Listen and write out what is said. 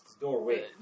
doorway